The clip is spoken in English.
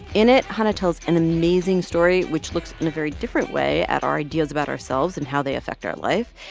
in it, hanna tells an amazing story which looks in a very different way at our ideas about ourselves and how they affect our life.